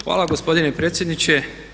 Hvala gospodine predsjedniče.